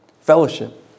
Fellowship